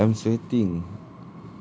ya but I'm sweating